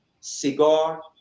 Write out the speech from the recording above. cigar